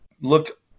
look